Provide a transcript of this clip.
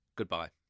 Goodbye